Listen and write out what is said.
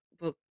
book